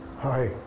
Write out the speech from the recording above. Hi